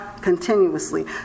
continuously